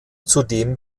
zudem